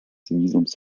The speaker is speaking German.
visums